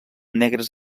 negres